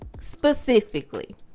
specifically